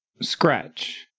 Scratch